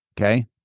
okay